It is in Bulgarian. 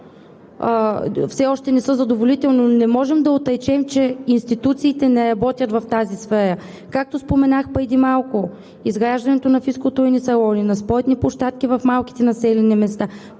все още не са задоволителни, но не можем да отречем, че институциите работят в тази сфера, както споменах преди малко – изграждането на физкултурни салони, на спортни площадки в малките населени места,